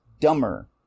dumber